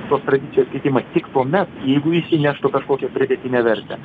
tos tradicijos keitimas tik tuomet jeigu jis įneštų kažkokią pridėtinę vertę